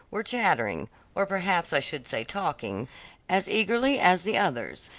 were chattering or perhaps i should say talking as eagerly as the others.